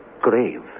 grave